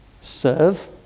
serve